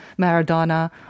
Maradona